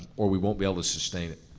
or we won't be able to sustain it.